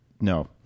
no